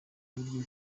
uburyo